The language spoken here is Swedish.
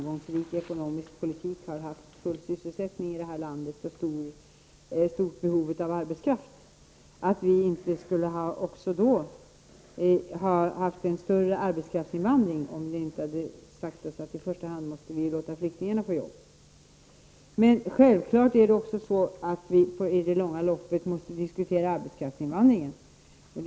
Det råder inga tvivel om att om inte asylsökandeströmmen och flyktinginvandringen hade varit så stor, hade vi kunna tillåta en större arbetskraftsinvandring. I första hand måste vi ju låta flyktingarna få arbete. Självfallet måste i det långa loppet arbetskraftsinvandringen diskuteras.